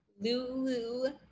Lulu